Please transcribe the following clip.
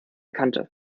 kante